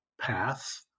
path